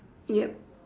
yup